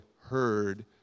heard